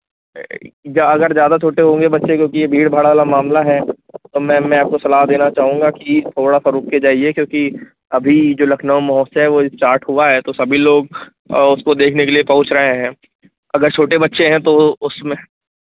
ज ज़्यादा अगर ज़्यादा छोटे होंगे बच्चे क्योंकि यह भीड़ भाड़ वाला मामला है तो मैम मैं आपको सलाह देना चाहूँगा कि थोड़ा सा रुक के जाइए क्योंकि अभी जो लखनऊ महोत्सव है वो स्टार्ट हुआ है तो सभी लोग उसको देखने के लिए पहुँच रहे हैं अगर छोटे बच्चे हैं तो उसमें